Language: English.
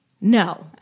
No